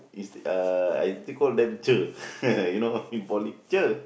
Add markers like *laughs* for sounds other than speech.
is uh I still call them Cher *laughs* you know in poly Cher